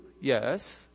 Yes